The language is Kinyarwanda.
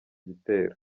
gitero